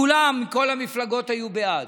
כולם, כל המפלגות היו בעד.